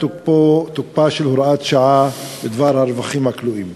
תוקפה של הוראת השעה בדבר הרווחים הכלואים.